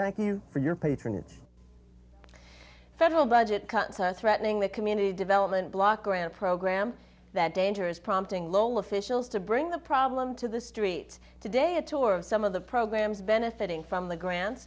thank you for your patronage federal budget cuts are threatening the community development block grant program that danger is prompting low officials to bring the problem to the streets today a tour of some of the programs benefiting from the grant